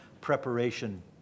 preparation